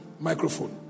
microphone